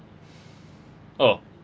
oh